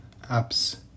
apps